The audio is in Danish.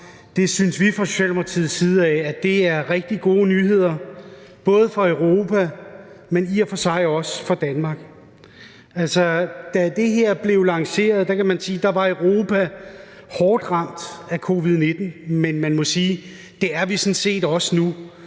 synes vi fra socialdemokratisk side er rigtig gode nyheder, både for Europa, men i og for sig også for Danmark. Da det her blev lanceret, var Europa hårdt ramt af covid-19, men man må sige, at det er vi sådan set også nu,